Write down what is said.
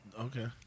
Okay